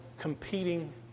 competing